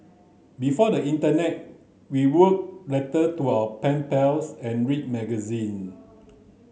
before the internet we wrote letter to our pen pals and read magazine